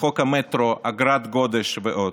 חוק המטרו, אגרת גודש ועוד.